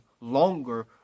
longer